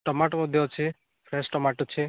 tomato ମଧ୍ୟ ଅଛି fresh tomato ଅଛି